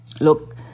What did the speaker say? look